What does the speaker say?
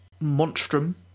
Monstrum